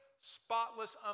spotless